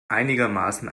einigermaßen